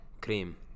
Cream